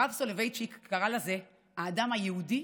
הרב סולובייצ'יק קרא לזה "האדם הייעודי"